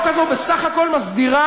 הצעת החוק הזו בסך הכול מסדירה,